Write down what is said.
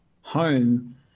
home